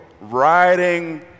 riding